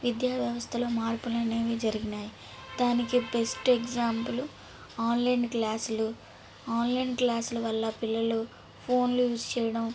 విద్యా వ్యవస్థలో మార్పులు అనేవి జరిగినవి దానికి బెస్ట్ ఎగ్జాంపులు ఆన్లైన్ క్లాసులు ఆన్లైన్ క్లాసుల వల్ల పిల్లలు ఫోన్లు యూస్ చేయడం